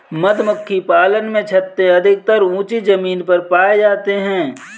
मधुमक्खी पालन में छत्ते अधिकतर ऊँची जमीन पर पाए जाते हैं